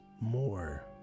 more